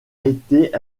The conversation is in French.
été